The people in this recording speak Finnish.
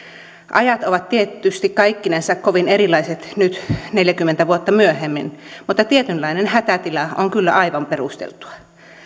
ajat ovat tietysti kaikkinensa kovin erilaiset nyt neljäkymmentä vuotta myöhemmin mutta tietynlainen hätätila on kyllä aivan perusteltua